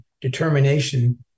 determination